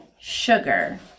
sugar